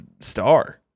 star